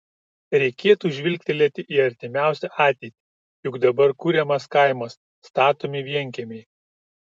reikėtų žvilgtelėti į artimiausią ateitį juk dabar kuriamas kaimas statomi vienkiemiai